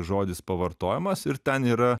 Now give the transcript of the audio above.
žodis pavartojamas ir ten yra